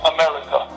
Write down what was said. America